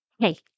Hey